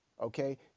okay